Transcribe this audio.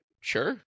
Sure